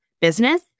business